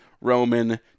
Roman